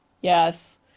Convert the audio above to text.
yes